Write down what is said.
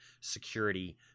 security